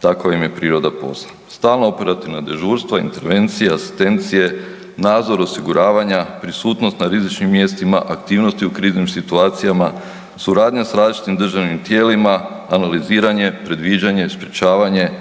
takva im je priroda posla. Stalna operativna dežurstva, intervencije, asistencije, nadzor osiguravanja, prisutnost na rizičnim mjestima, aktivnosti u kriznim situacijama, suradnja s različitim državnim tijelima, analiziranje, predviđanje, sprječavanje,